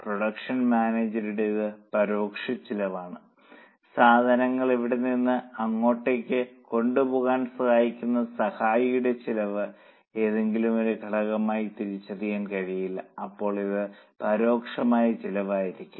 production മാനേജറുടെത് പരോക്ഷമായ ചിലവാണ് സാധനങ്ങൾ ഇവിടെ നിന്ന് അങ്ങോട്ടേക്ക് കൊണ്ടുപോകാൻ സഹായിക്കുന്ന സഹായിയുടെ ചെലവ് ഏതെങ്കിലും ഒരു ഘടകമായി തിരിച്ചറിയാൻ കഴിയില്ല അപ്പോൾ അത് പരോക്ഷമായ ചെലവായിരിക്കും